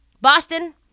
Boston